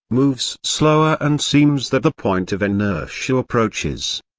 moves slower and seems that the point of inertia approaches.